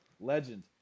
Legend